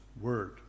word